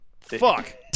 Fuck